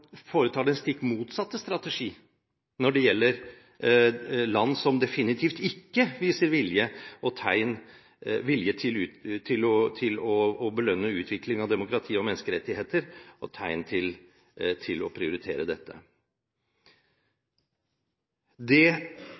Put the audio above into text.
foretar den stikk motsatte strategi når det gjelder land som definitivt ikke viser vilje til å belønne utvikling av demokrati og menneskerettigheter, eller tegn til å prioritere dette. Dette får stå som min kommentar til denne viktige debatten. Jeg synes det